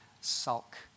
sulk